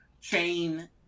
chain